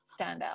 standout